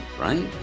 right